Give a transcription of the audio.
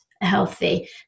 healthy